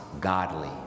godly